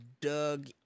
Doug